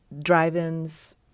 drive-ins